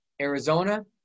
Arizona